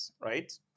Right